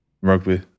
Rugby